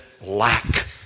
lack